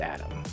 Adam